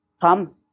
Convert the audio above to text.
come